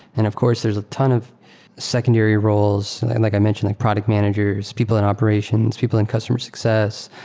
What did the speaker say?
and of course there's a ton of secondary roles. and like i mentioned, like product managers, people in operations, people in customer success,